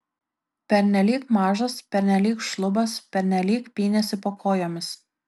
pernelyg mažas pernelyg šlubas pernelyg pynėsi po kojomis